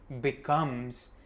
becomes